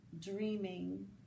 dreaming